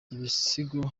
ibisigo